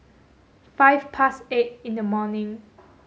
five past eight in the morning